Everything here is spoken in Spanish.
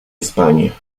españa